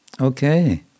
okay